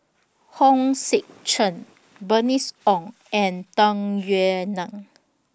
Hong Sek Chern Bernice Ong and Tung Yue Nang